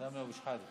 לסמי אבו שחאדה.